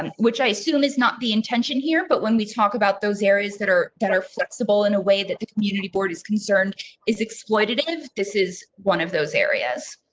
um which i assume is not the intention here. but when we talk about those areas that are that are flexible in a way that the community board is concerned is exploitative. this is one of those areas.